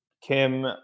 Kim